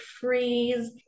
freeze